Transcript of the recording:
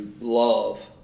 love